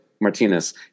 Martinez